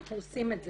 אנחנו עושים את זה.